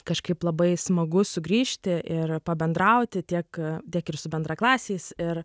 kažkaip labai smagu sugrįžti ir pabendrauti tiek tiek ir su bendraklasiais ir